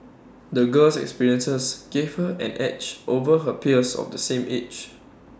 the girl's experiences gave her an edge over her peers of the same age